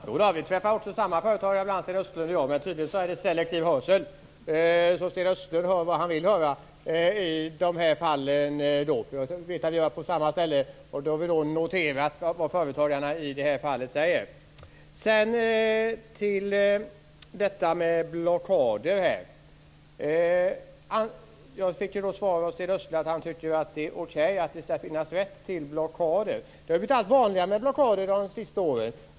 Herr talman! Vi träffar också samma företagare, Sten Östlund och jag. Men tydligen har Sten Östlund selektiv hörsel och hör vad han vill höra. Jag vet att vi varit på samma ställe, och vi har noterat vad företagarna säger i det fallet. Jag fick vidare från Sten Östlund det beskedet att han tycker att det är okej att man har rätt att genomföra blockader. Blockader har blivit allt vanligare under de senaste åren.